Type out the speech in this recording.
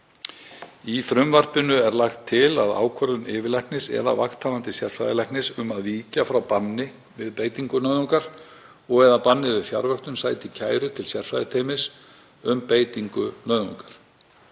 Í frumvarpinu er lagt til að ákvörðun yfirlæknis eða vakthafandi sérfræðilæknis um að víkja frá banni við beitingu nauðungar og/eða banni við fjarvöktun sæti kæru til sérfræðiteymis um beitingu nauðungar.